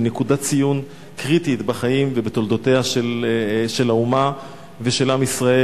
היא נקודת ציון קריטית בחיים ובתולדות האומה ועם ישראל,